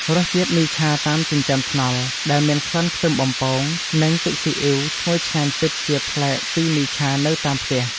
រសជាតិមីឆាតាមចិញ្ចើមថ្នល់ដែលមានក្លិនខ្ទឹមសបំពងនិងទឹកស៊ីអ៊ីវឈ្ងុយឆ្ងាញ់ពិតជាប្លែកពីមីឆានៅតាមផ្ទះ។